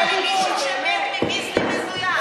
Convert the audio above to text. תראה לי מישהו שמת מ"ביסלי" מזויף.